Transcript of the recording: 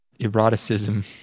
Eroticism